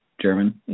German